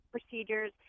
procedures